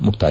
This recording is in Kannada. ಮುಕ್ತಾಯ